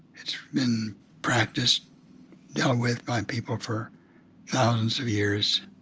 it's been practiced, dealt with by people for thousands of years.